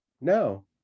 no